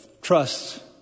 trust